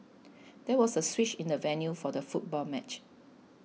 there was a switch in the venue for the football match